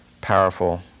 Powerful